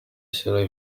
ashyiraho